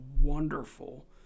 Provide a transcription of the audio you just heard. wonderful